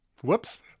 Whoops